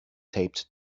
taped